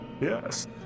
yes